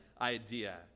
idea